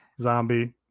zombie